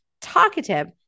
Talkative